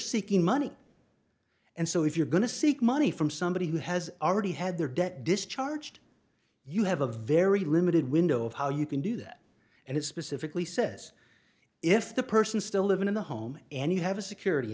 seeking money and so if you're going to seek money from somebody who has already had their debt discharged you have a very limited window of how you can do that and it specifically says if the person still living in the home and you have a security